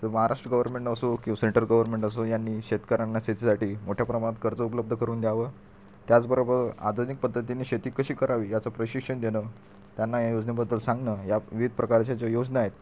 तर महाराष्ट्र गव्हर्मेंट असो की सेंट्रल गव्हर्मेंट असो यांनी शेतकऱ्यांना शेतीसाठी मोठ्या प्रमाणात कर्ज उपलब्ध करून द्यावं त्याचबरोबर आधुनिक पद्धतीने शेती कशी करावी याचं प्रशिक्षण देणं त्यांना या योजनेबद्दल सांगणं या विविध प्रकारच्या ज्या योजना आहेत